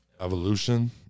evolution